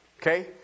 Okay